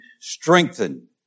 strengthen